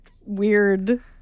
weird